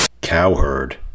Cowherd